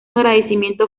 agradecimiento